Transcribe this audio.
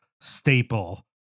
staple